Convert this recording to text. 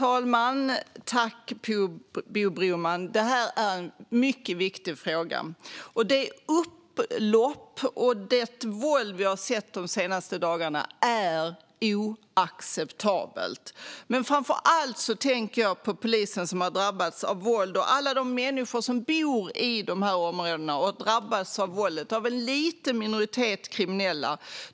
Herr talman! Det här är en mycket viktig fråga. De upplopp och det våld vi har sett de senaste dagarna är oacceptabelt. Framför allt tänker jag på polisen, som har drabbats av våld, och alla de människor som bor i de här områdena och som har drabbats av våldet från en liten minoritet kriminella.